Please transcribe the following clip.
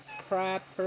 crap